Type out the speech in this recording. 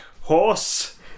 horse